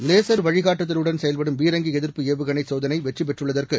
laser வழிகாட்டுதலுடன் செயல்படும் பீரங்கி எதிர்ப்பு ஏவுகணை சோதனை வெற்றிபெற்றுள்ளதற்கு